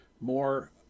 more